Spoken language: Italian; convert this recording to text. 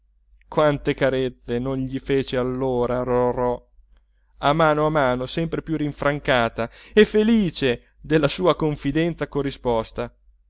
quante carezze non gli fece allora rorò a mano a mano sempre più rinfrancata e felice della sua confidenza corrisposta